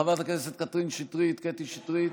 חברת הכנסת קטרין שטרית, קטי שטרית.